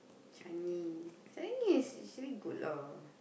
Changi Changi is actually good lah